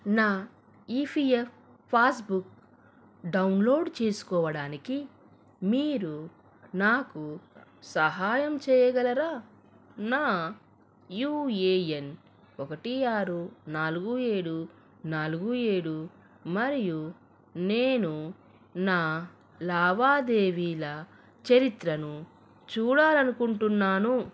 నా EPF passbook download చేసుకోవడానికి మీరు నాకు సహాయం చేయగలరా నా యూఏఎన్ ఒకటి ఆరు నాలుగు ఏడు నాలుగు ఏడు మరియు నేను నా లావాదేవీల చరిత్రను చూడాలి అనుకుంటున్నాను